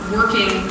working